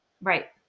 Right